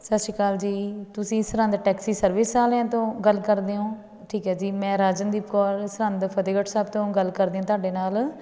ਸਤਿ ਸ਼੍ਰੀ ਅਕਾਲ ਜੀ ਤੁਸੀਂ ਸਰਹਿੰਦ ਟੈਕਸੀ ਸਰਵਿਸ ਵਾਲਿਆਂ ਤੋਂ ਗੱਲ ਕਰਦੇ ਹੋ ਠੀਕ ਹੈ ਜੀ ਮੈਂ ਰਾਜਨਦੀਪ ਕੌਰ ਸਰਹਿੰਦ ਫਤਹਿਗੜ੍ਹ ਸਾਹਿਬ ਤੋਂ ਗੱਲ ਕਰਦੀ ਹਾਂ ਤੁਹਾਡੇ ਨਾਲ